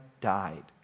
died